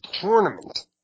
tournament